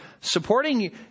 supporting